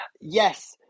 yes